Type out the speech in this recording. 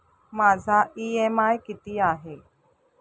माझा इ.एम.आय किती आहे?